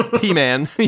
P-Man